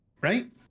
right